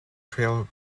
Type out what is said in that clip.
trail